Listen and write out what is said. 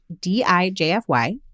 D-I-J-F-Y